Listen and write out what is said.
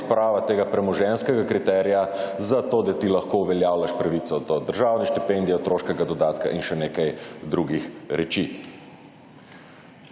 odprava tega premoženjskega kriterija, zato da ti lahko uveljavljaš pravico do državne štipendije, otroškega dodatka in še nekaj drugih reči.